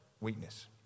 weakness